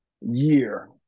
year